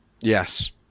Yes